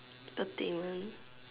the thing